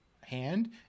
hand